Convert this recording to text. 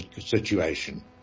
situation